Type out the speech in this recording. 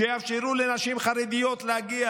שיאפשרו לנשים חרדיות להגיע